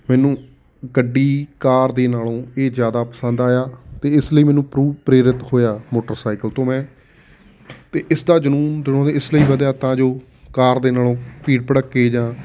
ਮੈਨੂੰ ਗੱਡੀ ਕਾਰ ਦੇ ਨਾਲੋਂ ਇਹ ਜ਼ਿਆਦਾ ਪਸੰਦ ਆਇਆ ਅਤੇ ਇਸ ਲਈ ਮੈਨੂੰ ਪਰੁ ਪ੍ਰੇਰਿਤ ਹੋਇਆ ਮੋਟਰਸਾਈਕਲ ਤੋਂ ਮੈਂ ਅਤੇ ਇਸ ਦਾ ਜਨੂੰਨ ਜਦੋਂ ਦੇ ਇਸ ਲਈ ਵਧਿਆ ਤਾਂ ਜੋ ਕਾਰ ਦੇ ਨਾਲੋਂ ਭੀੜ ਭੜੱਕੇ ਜਾਂ